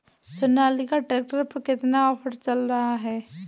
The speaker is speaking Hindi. सोनालिका ट्रैक्टर पर कितना ऑफर चल रहा है?